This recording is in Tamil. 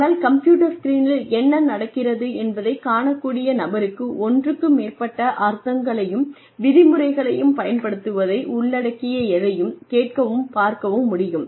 ஆனால் கம்ப்யூட்டர் ஸ்கிரீனில் என்ன நடக்கிறது என்பதைக் காணக்கூடிய நபருக்கு ஒன்றுக்கு மேற்பட்ட அர்த்தங்களையும் விதிமுறைகளையும் பயன்படுத்துவதை உள்ளடக்கிய எதையும் கேட்கவும் பார்க்கவும் முடியும்